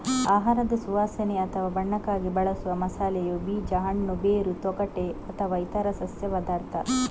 ಆಹಾರದ ಸುವಾಸನೆ ಅಥವಾ ಬಣ್ಣಕ್ಕಾಗಿ ಬಳಸುವ ಮಸಾಲೆಯು ಬೀಜ, ಹಣ್ಣು, ಬೇರು, ತೊಗಟೆ ಅಥವಾ ಇತರ ಸಸ್ಯ ಪದಾರ್ಥ